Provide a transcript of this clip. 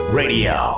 radio